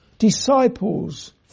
disciples